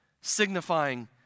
signifying